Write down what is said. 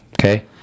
okay